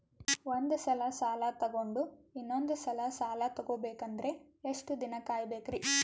ಒಂದ್ಸಲ ಸಾಲ ತಗೊಂಡು ಇನ್ನೊಂದ್ ಸಲ ಸಾಲ ತಗೊಬೇಕಂದ್ರೆ ಎಷ್ಟ್ ದಿನ ಕಾಯ್ಬೇಕ್ರಿ?